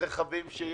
רחבים שיש,